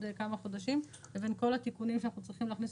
כמה חודשים לבין כל התיקונים שאנחנו צריכים להכניס